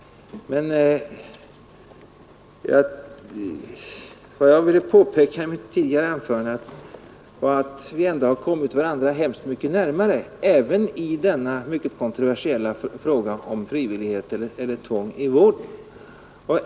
Vad jag ville påpeka i mitt tidigare anförande var att vi ändå har kommit varandra mycket närmare än tidigare även i denna kontroversiella fråga om frivillighet eller tvång i vården.